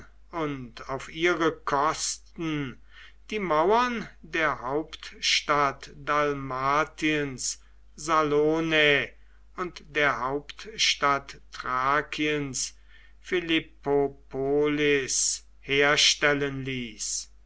und auf ihre kosten die mauern der hauptstadt dalmatiens salonae und der hauptstadt thrakiens philippopolis herstellen ließ